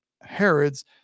Herod's